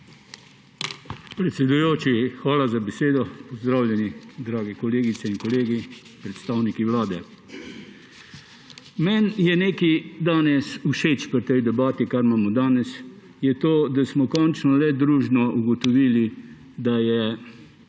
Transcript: Predsedujoči, hvala za besedo. Pozdravljeni, dragi kolegice in kolegi, predstavniki Vlade! Meni je nekaj danes všeč pri tej debati, in sicer da smo končno le družno ugotovili, da je